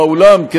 באולם,